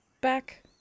back